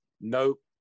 nope